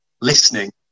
listening